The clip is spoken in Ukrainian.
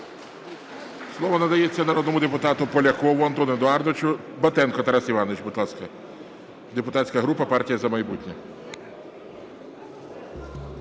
Слово надається народному депутату Полякову Антону Едуардовичу. Батенко Тарас Іванович, будь ласка, депутатська група "Партія "За майбутнє".